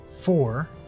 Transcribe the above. Four